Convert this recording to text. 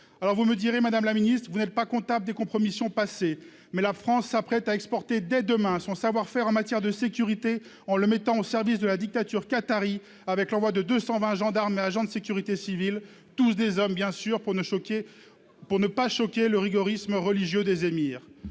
sans doute, madame la ministre, que vous n'êtes pas comptable des compromissions passées, mais la France s'apprête à exporter, demain, son savoir-faire en matière de sécurité, en mettant au service de la dictature qatarie 220 gendarmes et agents de la sécurité civile, tous des hommes, bien entendu, pour ne pas choquer le rigorisme religieux des émirs